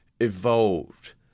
evolved